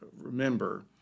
remember